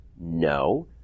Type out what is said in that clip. No